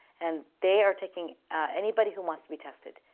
and they are taking anybody who wants to be tested.